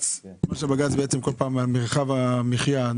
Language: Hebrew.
שבג"ץ כל פעם על מרחב המחיה.